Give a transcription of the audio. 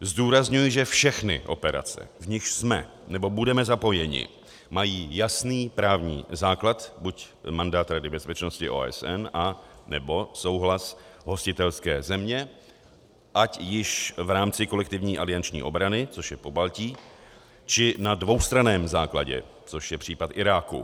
Zdůrazňuji, že všechny operace, v nichž jsme nebo budeme zapojeni, mají jasný právní základ, buď mandát Rady bezpečnosti OSN, nebo souhlas hostitelské země, ať již v rámci kolektivní alianční obrany, což je Pobaltí, či na dvoustranném základě, což je případ Iráku.